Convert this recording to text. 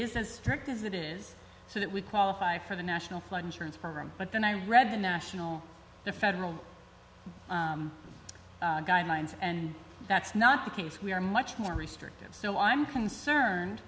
is as strict as that is so that we qualify for the national flood insurance program but then i read the national the federal guidelines and that's not the case we are much more restrictive so i'm concerned